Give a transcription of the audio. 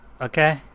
okay